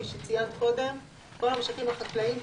כל המשקים החלקאיים,